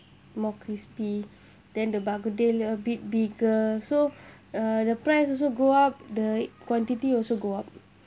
more crispy then the bak kut teh little bit bigger so uh the price also go up the quantity also go up